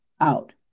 out